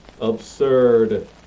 absurd